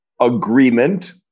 agreement